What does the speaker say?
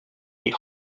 die